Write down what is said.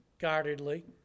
guardedly